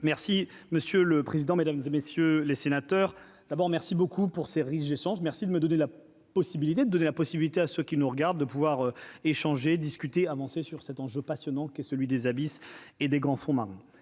Merci monsieur le président, Mesdames et messieurs les sénateurs, d'abord, merci beaucoup pour s'érige essence merci de me donner la possibilité de donner la possibilité à ceux qui nous regardent de pouvoir échanger, discuter, avancer sur cet enjeu passionnant, qui est celui des abysses et des grands fonds marins